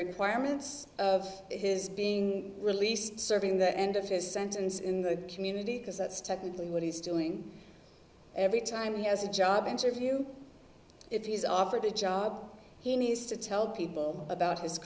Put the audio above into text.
requirements of his being released serving the end of his sentence in the community because that's technically what he's doing every time he has a job interview if he's offered the job he needs to tell people about his